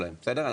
שלהם, בסדר?